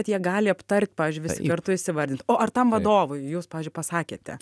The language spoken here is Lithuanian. jie gali aptart pavyzdžiui visi kartu įsivardint o ar tam vadovui jūs pavyzdžiui pasakėte